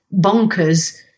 bonkers